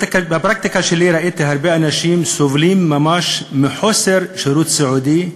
בפרקטיקה שלי ראיתי הרבה אנשים סובלים ממש מחוסר שירות סיעודי,